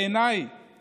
בעיניי